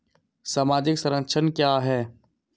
सामाजिक संरक्षण क्या है?